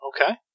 okay